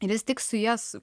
ir jis tik su jas